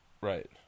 right